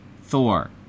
Thor